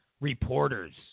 reporters